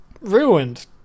ruined